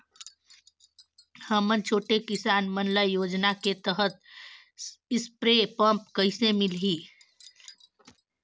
हमन छोटे किसान मन ल योजना के तहत स्प्रे पम्प कइसे मिलही?